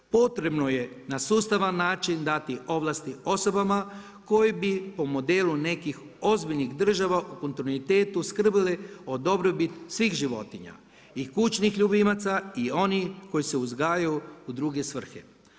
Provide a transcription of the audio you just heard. Potrebno je na sustavan način dati ovlasti osobama koje bi po modelu nekih ozbiljnih država u kontinuitetu skrbili o dobrobiti svih životinja i kućnih ljubimaca i onih koji se uzgajaju u druge svrhe.